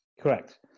Correct